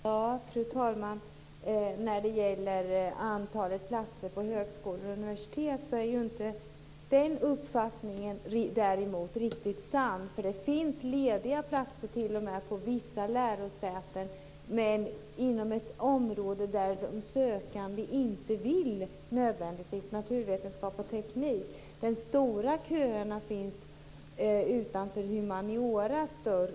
Fru talman! När det gäller antalet platser på högskolor och universitet är den uppgiften inte riktigt sann. Det finns lediga platser vid vissa lärosäten, men de finns inom ett område där de sökande inte vill studera, och det gäller naturvetenskap och teknik. De stora köerna finns utanför humanioras dörr.